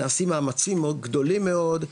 נעשים מאמצים גדולים מאוד,